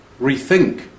rethink